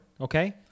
okay